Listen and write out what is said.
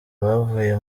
bavuye